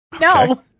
No